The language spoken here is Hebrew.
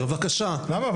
למה?